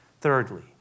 Thirdly